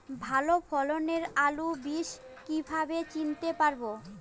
ভালো ফলনের আলু বীজ কীভাবে চিনতে পারবো?